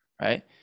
right